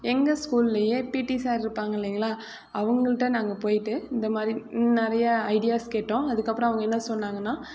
எங்கள் ஸ்கூல்லேயே PT sir இருப்பாங்கல்லைங்களா அவங்கள்ட நாங்கள் போயிட்டு இந்தமாதிரி நிறைய ஐடியாஸ் கேட்டோம் அதுக்கு அப்புறம் அவங்க என்ன சொன்னாங்கன்னால்